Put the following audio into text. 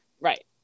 Right